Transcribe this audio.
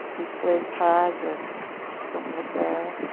we'd play cards or something like that.